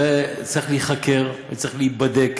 זה צריך להיחקר וצריך להיבדק.